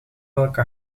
welke